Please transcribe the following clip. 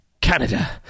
Canada